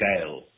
scale